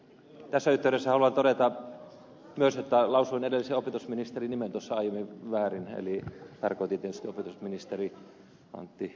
tässä yhteydessä haluan todeta myös että lausuin edellisen opetusministerin nimen tuossa aiemmin väärin eli tarkoitin tietysti opetusministeri antti